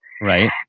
Right